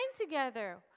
together